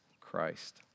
Christ